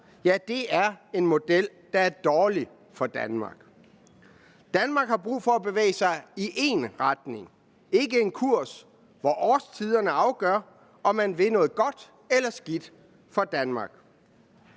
at det er en model, der er dårlig for Danmark. Danmark har brug for at bevæge sig i én retning og ikke efter en kurs, som afgøres af årstiderne, der bestemmer, om man vil noget godt eller skidt for Danmark.